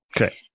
okay